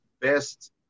best